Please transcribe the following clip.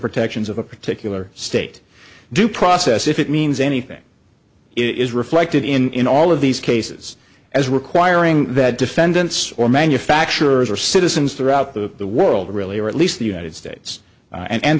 protections of a particular state due process if it means anything it is reflected in in all of these cases as requiring that defendants or manufacturers or citizens throughout the world really or at least the united states and